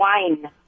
Wine